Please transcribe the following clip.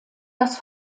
das